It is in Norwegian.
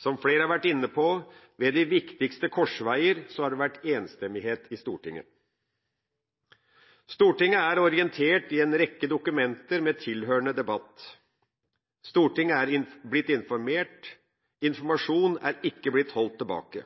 Som flere har vært inne på, har det ved de viktigste korsveier vært enstemmighet i Stortinget. Stortinget er orientert i en rekke dokumenter med tilhørende debatt. Stortinget er blitt informert, informasjon er ikke blitt holdt tilbake.